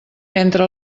entre